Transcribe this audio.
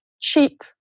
cheap